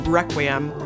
Requiem